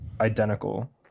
identical